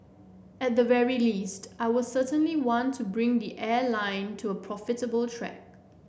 at the very least I will certainly want to bring the airline to a profitable track